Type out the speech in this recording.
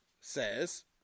says